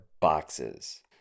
boxes